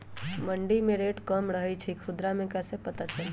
मंडी मे रेट कम रही छई कि खुदरा मे कैसे पता चली?